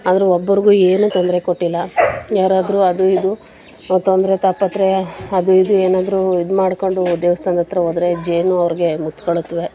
ಆದರೂ ಒಬ್ಬರಿಗೂ ಏನೂ ತೊಂದರೆ ಕೊಟ್ಟಿಲ್ಲ ಯಾರಾದರೂ ಅದು ಇದು ತೊಂದರೆ ತಾಪತ್ರಯ ಅದು ಇದು ಏನಾದರೂ ಇದು ಮಾಡಿಕೊಂಡು ದೇವ್ಸ್ಥಾನ್ದ ಹತ್ರ ಹೋದ್ರೆ ಜೇನು ಅವ್ರಿಗೆ ಮುತ್ತಿಕೊಳ್ಳುತ್ವೆ